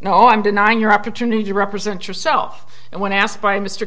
now i'm denying your opportunity to represent yourself and when asked by mr